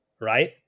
right